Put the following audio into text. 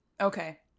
Okay